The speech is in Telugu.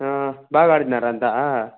బాగాడినారంతా